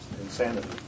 insanity